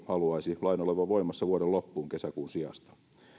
haluaisi lain olevan voimassa vuoden loppuun kesäkuun sijasta